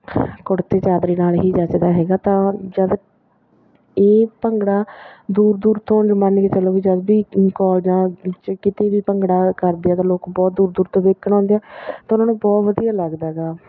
ਕੁੜਤੇ ਚਾਦਰੇ ਨਾਲ ਹੀ ਜੱਚਦਾ ਹੈਗਾ ਤਾਂ ਜਦ ਇਹ ਭੰਗੜਾ ਦੂਰ ਦੂਰ ਤੋਂ ਮੰਨ ਕੇ ਚੱਲੋ ਵੀ ਜਦ ਵੀ ਜਾਂ ਕਿਤੇ ਵੀ ਭੰਗੜਾ ਕਰਦੇ ਆ ਤਾਂ ਲੋਕ ਬਹੁਤ ਦੂਰ ਦੂਰ ਤੋਂ ਦੇਖਣ ਆਉਂਦੇ ਆ ਤਾਂ ਉਹਨਾਂ ਨੂੰ ਬਹੁਤ ਵਧੀਆ ਲੱਗਦਾ ਹੈਗਾ